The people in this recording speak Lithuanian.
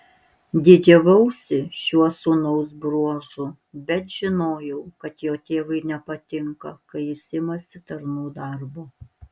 didžiavausi šiuo sūnaus bruožu bet žinojau kad jo tėvui nepatinka kai jis imasi tarnų darbo